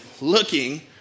looking